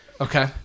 Okay